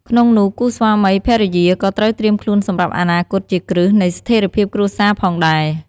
ក្នុងនោះគូស្វាមីភរិយាក៏ត្រូវត្រៀមខ្លួនសម្រាប់អនាគតជាគ្រឹះ នៃស្ថេរភាពគ្រួសារផងដែរ។